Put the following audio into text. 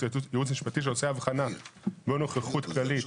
(ייעוץ משפטי) שעושה הבחנה בין נוכחות כללית,